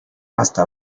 hasta